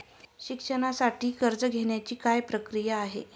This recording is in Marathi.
शिक्षणासाठी कर्ज घेण्याची काय प्रक्रिया आहे?